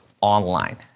online